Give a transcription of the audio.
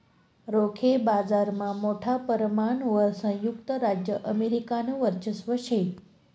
रोखे बाजारमा मोठा परमाणवर संयुक्त राज्य अमेरिकानं वर्चस्व शे